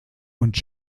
und